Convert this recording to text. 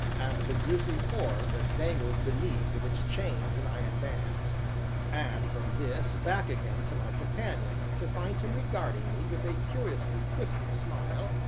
and the grisly horror that dangled beneath with its chains and iron bands and from this, back again to my companion, to find him regarding me with a curiously twisted smile,